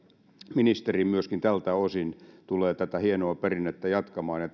ministeri tältä osin tulee tätä hienoa perinnettä jatkamaan ja